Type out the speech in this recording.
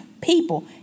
people